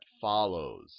follows